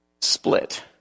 split